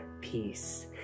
peace